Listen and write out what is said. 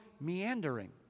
meandering